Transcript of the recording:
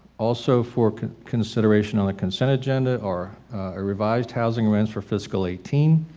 also for consideration on the consent agenda are are revised housing rents for fiscal eighteen.